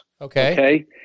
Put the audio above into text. Okay